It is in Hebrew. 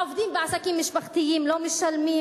העובדים בעסקים משפחתיים לא משלמים.